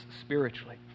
spiritually